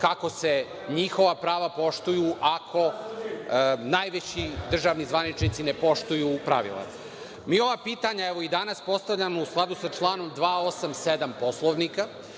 kako se njihova prava poštuju ako najveći državni zvaničnici ne poštuju pravila? Mi ova pitanja, evo i danas postavljamo u skladu sa članom 287. Poslovnika,